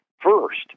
first